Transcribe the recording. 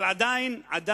אבל עדיין, עדיין,